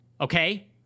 okay